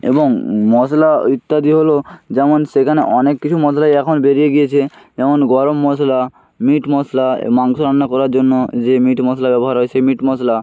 এবং মশলা ইত্যাদি হল যেমন সেখানে অনেক কিছু মশলাই এখন বেরিয়ে গিয়েছে যেমন গরম মশলা মিট মশলা মাংস রান্না করার জন্য যে মিট মশলা ব্যবহার হয় সেই মিট মশলা